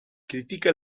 critica